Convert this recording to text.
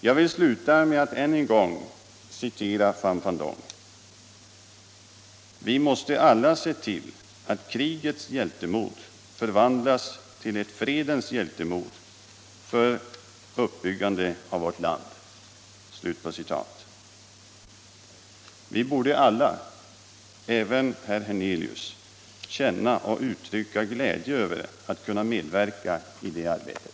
Jag vill sluta med att än en gång citera Pham Van Dong: ”Vi måste alla se till att krigets hjältemod förvandlas till ett fredens hjältemod för uppbyggande av vårt land.” Vi borde alla, även herr Hernelius, känna och uttrycka glädje över att kunna medverka i det arbetet.